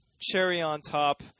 cherry-on-top